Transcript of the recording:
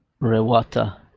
rewata